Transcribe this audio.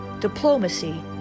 diplomacy